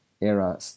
era